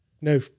no